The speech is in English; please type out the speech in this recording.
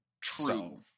true